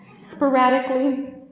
Sporadically